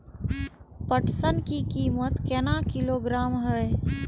पटसन की कीमत केना किलोग्राम हय?